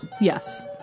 Yes